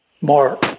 more